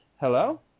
Hello